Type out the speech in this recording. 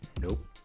Nope